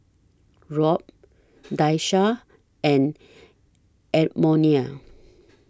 Rob Daisha and Edmonia